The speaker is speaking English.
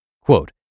Quote